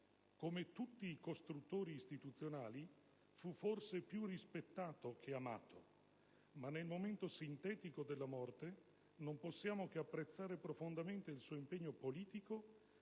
Come tutti i costruttori istituzionali, fu forse più rispettato che amato, ma nel momento sintetico della morte non possiamo che apprezzare profondamente il suo impegno politico